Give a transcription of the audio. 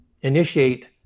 initiate